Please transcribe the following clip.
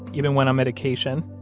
even went on medication.